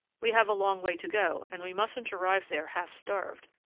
we have a long way to go, and we mustn't arrive there half-starved,